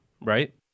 right